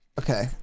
Okay